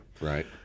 Right